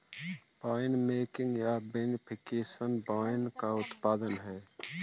winemaking या vinification wine का उत्पादन है